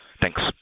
Thanks